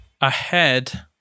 ahead